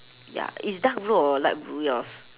ya it's dark blue or light blue yours